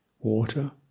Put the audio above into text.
water